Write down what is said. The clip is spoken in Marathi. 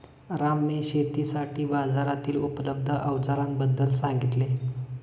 रामने शेतीसाठी बाजारातील उपलब्ध अवजारांबद्दल सांगितले